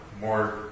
more